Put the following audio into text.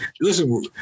listen